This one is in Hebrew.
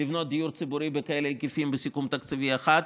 לבנות דיור ציבורי בכאלה היקפים בסיכום תקציבי אחד.